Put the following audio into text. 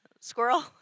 squirrel